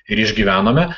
ir išgyvename